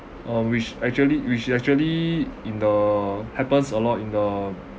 uh which actually which actually in the happens a lot in the